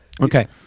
Okay